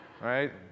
right